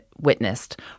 witnessed